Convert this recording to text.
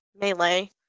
melee